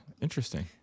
Interesting